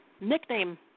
Nickname